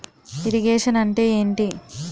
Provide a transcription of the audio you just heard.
Irrigation అంటే ఏంటీ?